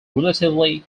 relatively